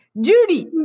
Judy